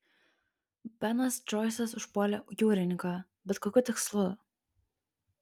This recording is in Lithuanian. benas džoisas užpuolė jūrininką bet kokiu tikslu